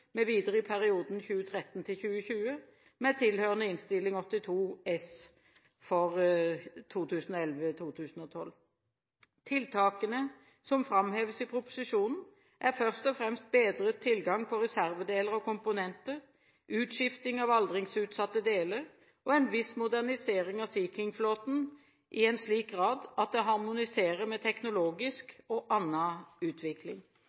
i perioden 2013–2020, med tilhørende Innst. 82 S for 2011–2012. Tiltakene som framheves i proposisjonen, er først og fremst bedret tilgang på reservedeler og komponenter, utskifting av aldringsutsatte deler og en viss modernisering av Sea King-flåten i en slik grad at det harmoniserer med teknologisk og annen utvikling.